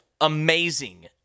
amazing